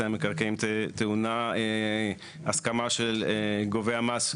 המקרקעין טעונה הסכמה של גובה המס,